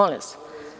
Molim vas.